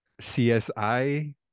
csi